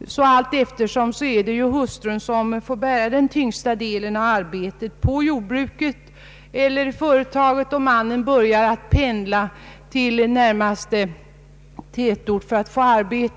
är det hustrun som får bära den tyngsta delen av arbetet på jordbruket eller inom företaget. Mannen börjar att pendla till närmaste tätort för att få arbete.